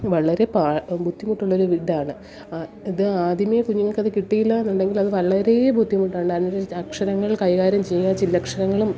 വളരെ പാ ബുദ്ധിമുട്ടുള്ളൊരു ഇതാണ് ഇത് ആദ്യമേ കുഞ്ഞുങ്ങൾക്കത് കിട്ടിയില്ലായെന്നുണ്ടെങ്കിൽ അതു വളരേ ബുദ്ധിമുട്ടാണ് അതിനനുസരിച്ച് അക്ഷരങ്ങൾ കൈകാര്യം ചെയ്യുക ചില്ലക്ഷരങ്ങളും